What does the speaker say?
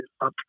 up